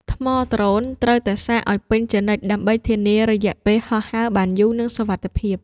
ថ្មដ្រូន ត្រូវតែសាកឱ្យពេញជានិច្ច ដើម្បីធានារយៈពេលហោះហើរបានយូរ និងសុវត្ថិភាព។